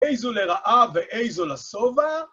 איזו לרעה ואיזו לשובע?